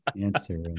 Answer